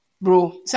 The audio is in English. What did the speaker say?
Bro